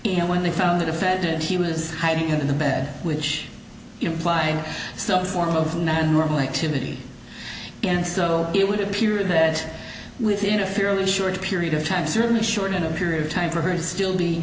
and when they found the defendant he was hiding under the bed which implied some form of normal activity and so it would appear that within a fairly short period of time certainly short in a period of time for her to still be